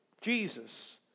Jesus